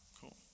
cool